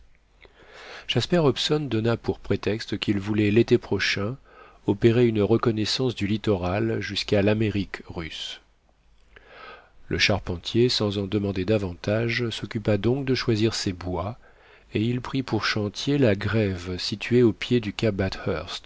jasper hobson donna pour prétexte qu'il voulait l'été prochain opérer une reconnaissance du littoral jusqu'à l'amérique russe le charpentier sans en demander davantage s'occupa donc de choisir ses bois et il prit pour chantier la grève située au pied du cap